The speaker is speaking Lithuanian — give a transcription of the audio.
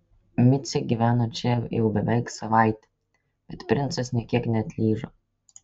micė gyveno čia jau beveik savaitę bet princas nė kiek neatlyžo